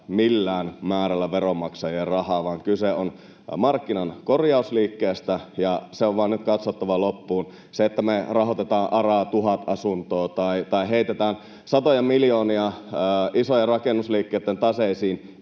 millään määrällä veronmaksajien rahaa, vaan kyse on markkinan korjausliikkeestä, ja se on vain nyt katsottava loppuun. Se, että me rahoitetaan ARAa tuhat asuntoa tai heitetään satoja miljoonia isojen rakennusliikkeitten taseisiin,